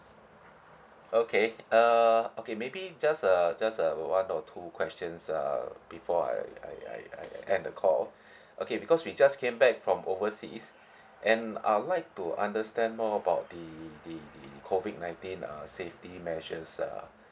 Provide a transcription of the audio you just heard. okay uh okay maybe just uh just uh one or two questions uh before I I I I I end the call okay because we just came back from overseas and I would like to understand more about the the the the COVID nineteen uh safety measures uh